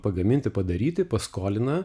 pagaminti padaryti paskolina